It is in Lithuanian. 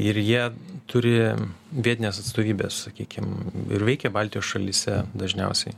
ir jie turi vietines atstovybes sakykim ir veikia baltijos šalyse dažniausiai